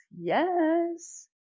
Yes